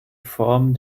form